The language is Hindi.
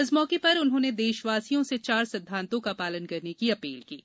इस मौके पर उन्होंने देशवासियों से चार सिद्वांतों का पालन करने की अपील की है